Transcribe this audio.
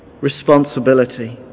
responsibility